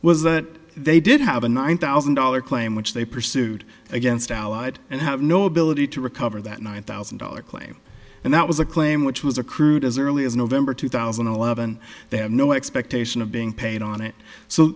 was that they did have a nine thousand dollars claim which they pursued against allied and have no ability to recover that nine thousand dollars claim and that was a claim which was a crude as early as november two thousand and eleven they have no expectation of being paid on it so